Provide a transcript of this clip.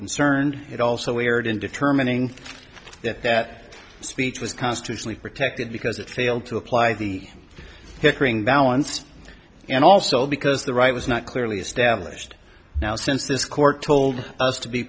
concern it also weird in determining that that speech was constitutionally protected because it failed to apply the pickering balance and also because the right was not clearly established now since this court told us to be